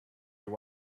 your